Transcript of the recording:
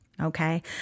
Okay